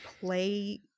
play